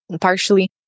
partially